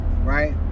right